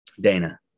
Dana